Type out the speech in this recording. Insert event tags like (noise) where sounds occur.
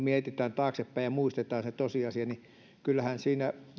(unintelligible) mietitään taaksepäin ja muistetaan se tosiasia niin kyllähän siinä